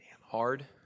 hard